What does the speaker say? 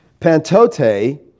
pantote